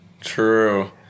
true